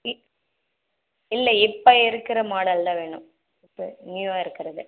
இப்போ இல்லை இப்போ இருக்கிற மாடலில் வேணும் இப்போ நியூவாக இருக்கிறது